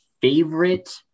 favorite